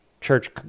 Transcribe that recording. church